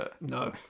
No